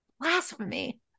Blasphemy